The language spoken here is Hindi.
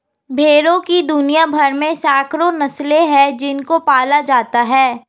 भेड़ों की दुनिया भर में सैकड़ों नस्लें हैं जिनको पाला जाता है